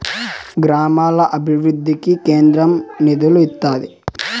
గ్రామాల అభివృద్ధికి కేంద్రం నిధులు ఇత్తాది